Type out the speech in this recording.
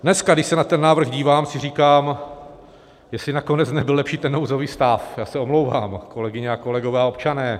Dneska, když se na ten návrh dívám, si říkám, jestli nakonec nebyl lepší ten nouzový stav já se omlouvám, kolegyně, kolegové a občané.